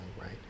right